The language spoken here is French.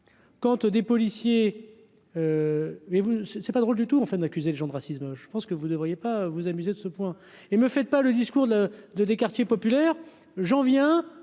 aux des policiers mais vous c'est pas drôle du tout, en fin d'accuser les gens de racisme, je pense que vous devriez pas vous amuser de ce point et me fait pas le discours de de des quartiers populaires, j'en viens,